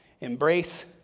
Embrace